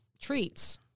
treats